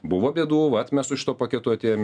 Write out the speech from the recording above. buvo bėdų vat mes su šituo paketu atėjom